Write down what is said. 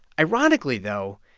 ironically, though,